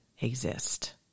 exist